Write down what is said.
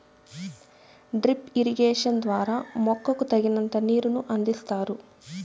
drip irrigation ద్వారా మొక్కకు తగినంత నీరును అందిస్తారు